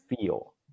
feel